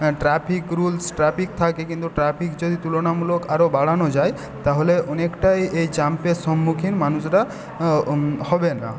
traffic rules traffic থাকে কিন্তু traffic যদি তুলনামূলক আরও বাড়ানো যায় তাহলে অনেকটাই এই জামের সন্মুখীন মানুষরা হবে না